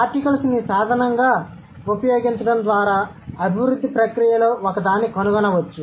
ఆర్టికల్స్ను సాధనంగా ఉపయోగించడం ద్వారా అభివృద్ధి ప్రక్రియలో ఒకదాన్ని కనుగొనవచ్చు